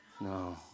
No